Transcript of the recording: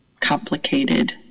complicated